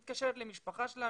היא מתקשרת למשפחה שלה,